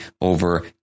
over